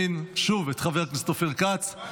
ותחזור לדיון בוועדת העבודה והרווחה